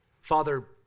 Father